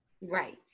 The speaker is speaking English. Right